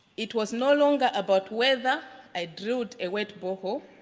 it was no longer about whether i drilled a wet borehole.